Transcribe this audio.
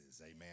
amen